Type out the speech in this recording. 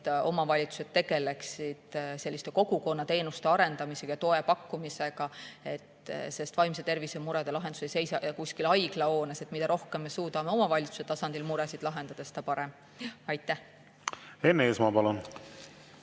et omavalitsused tegeleksid selliste kogukonnateenuste arendamise ja toe pakkumisega, sest vaimse tervise murede lahendus ei seisne ju mingis haiglahoones. Mida rohkem me suudame omavalitsuse tasandil muresid lahendada, seda parem. Enn Eesmaa, palun!